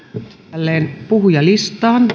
jälleen puhujalistaan